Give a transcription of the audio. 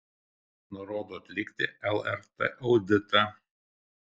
nurodo atlikti lrt auditą